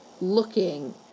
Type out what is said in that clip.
looking